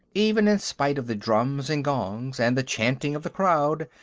even in spite of the drums and gongs, and the chanting of the crowd,